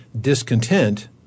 discontent